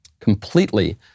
Completely